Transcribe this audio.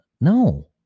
no